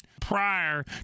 prior